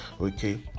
okay